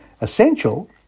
essential